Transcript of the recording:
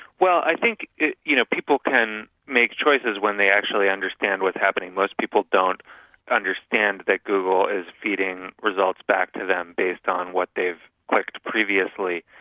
well i think you know people can make choices when they actually understand what's happening. most people don't understand that google is feeding results back to them based on what they've clicked previously.